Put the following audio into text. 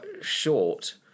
short